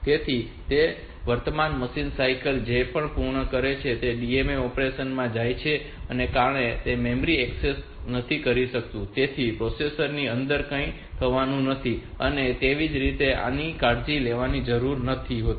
તેથી તે વર્તમાન મશીન સાયકલ ને જ પૂર્ણ કરે છે અને તે DMA ઑપરેશન માં જાય છે કારણ કે તે કોઈ મેમરી એક્સેસ નથી કરી રહ્યું તેથી પ્રોસેસર ની અંદર કંઈ થવાનું નથી અને તેથી જ તેને આની કાળજી લેવાની જરૂર નથી હોતી